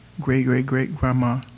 great-great-great-grandma